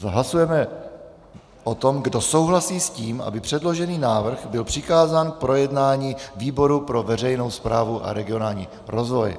Hlasujeme o tom, kdo souhlasí s tím, aby předložený návrh byl přikázán k projednání výboru pro veřejnou správu a regionální rozvoj.